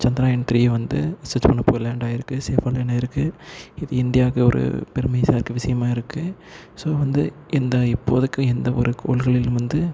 Chandrayaan three வந்து ரிசர்ச் பண்ண போய் லேண்ட்டாயிருக்குது சேஃபாக லேண்ட்டாயிருக்குது இது இந்தியாவுக்கு ஒரு பெருமை சேர்க்க விஷயமாக இருக்குது ஸோ வந்து இந்த இப்போது இருக்க இந்த ஒரு கோள்களிலும் வந்து